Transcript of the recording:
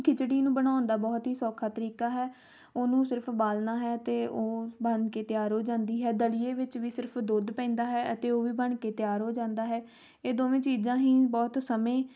ਖਿਚੜੀ ਨੂੰ ਬਣਾਉਣ ਦਾ ਬਹੁਤ ਹੀ ਸੌਖਾ ਤਰੀਕਾ ਹੈ ਉਹਨੂੰ ਸਿਰਫ ਉਬਾਲਣਾ ਹੈ ਅਤੇ ਉਹ ਬਣ ਕੇ ਤਿਆਰ ਹੋ ਜਾਂਦੀ ਹੈ ਦਲੀਏ ਵਿੱਚ ਵੀ ਸਿਰਫ ਦੁੱਧ ਪੈਂਦਾ ਹੈ ਅਤੇ ਉਹ ਵੀ ਬਣ ਕੇ ਤਿਆਰ ਹੋ ਜਾਂਦਾ ਹੈ ਇਹ ਦੋਵੇਂ ਚੀਜ਼ਾਂ ਹੀ ਬਹੁਤ ਸਮੇਂ